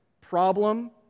problem